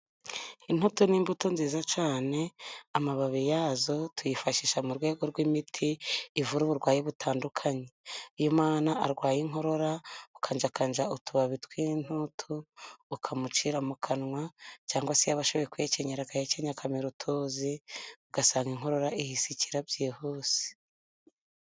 Intutu ni imbuto nziza cyane amababi yayo tuyifashisha mu rwego rw'imiti ivura uburwayi butandukanye, iyo umwana arwaye inkorora ukanjakanja utubabi tw'intutu ukamucira mu kanwa, cyangwa se yaba ashoboye kwihekenyera agahekenya akamira utuzi, ugasanga inkorora ihise ikira byihuse.